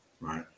right